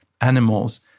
animals